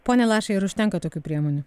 po lašai ar užtenka tokių priemonių